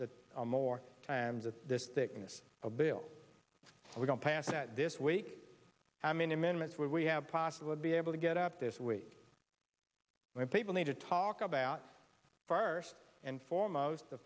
that are more times that this thickness of bills we don't pass that this week how many amendments we have possible be able to get up this week when people need to talk about first and foremost the